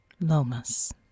Lomas